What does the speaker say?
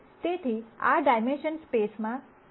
તેથી આ ડાયમેન્શનલ સ્પેસમાં એક વેક્ટર છે